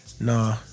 Nah